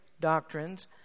doctrines